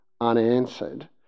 unanswered